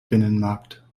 binnenmarkt